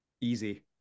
easy